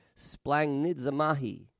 splangnidzamahi